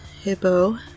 hippo